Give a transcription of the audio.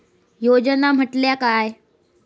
योजना म्हटल्या काय?